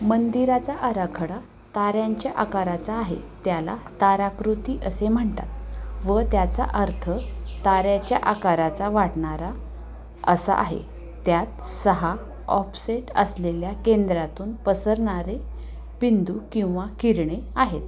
मंदिराचा आराखडा ताऱ्यांच्या आकाराचा आहे त्याला ताराकृति असे म्हणतात व त्याचा अर्थ ताऱ्याच्या आकाराचा वाटणारा असा आहे त्यात सहा ऑपसेट असलेल्या केंद्रातून पसरणारे बिंदू किंवा किरणे आहेत